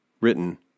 written